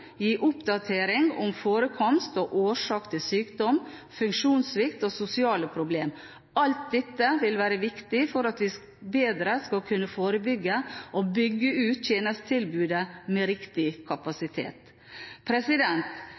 gi oppdatering om forekomst og årsak til sykdom, funksjonssvikt og sosiale problemer. Alt dette vil være viktig for at vi bedre skal kunne forebygge og bygge ut tjenestetilbudene med riktig kapasitet.